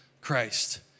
Christ